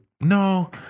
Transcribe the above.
No